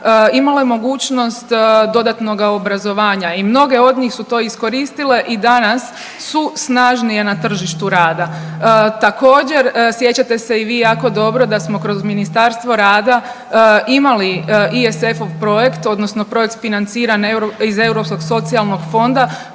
imala je mogućnost dodatnoga obrazovanja. I mnoge od njih su to iskoristile i danas su snažnije na tržištu rada. Također sjećate se i vi jako dobro da smo kroz Ministarstvo rada imali ISF-ov projekt, odnosno projekt financiran iz Europskog socijalnog fonda